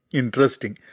interesting